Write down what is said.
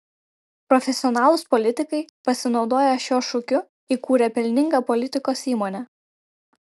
profesionalūs politikai pasinaudoję šiuo šūkiu įkūrė pelningą politikos įmonę